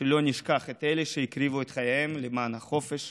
שלא נשכח את אלה שהקריבו את חייהם למען החופש,